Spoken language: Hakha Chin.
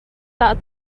tah